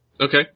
Okay